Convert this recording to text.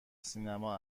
سینما